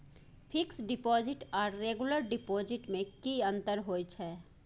Fix deposit आर regular deposit में की अंतर होय छै?